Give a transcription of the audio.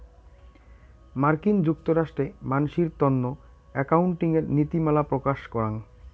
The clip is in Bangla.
মার্কিন যুক্তরাষ্ট্রে মানসির তন্ন একাউন্টিঙের নীতিমালা প্রকাশ করাং